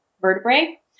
vertebrae